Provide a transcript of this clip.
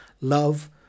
love